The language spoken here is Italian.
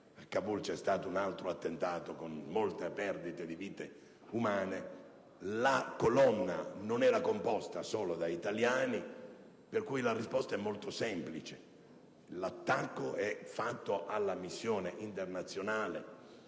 a Kabul c'è stato un altro attentato con molte perdite di vite umane; la colonna non era composta solo da italiani. La risposta dunque è molto semplice: l'attacco era rivolto alla missione internazionale,